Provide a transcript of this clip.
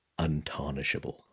untarnishable